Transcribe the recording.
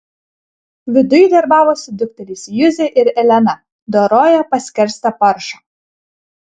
viduj darbavosi dukterys juzė ir elena dorojo paskerstą paršą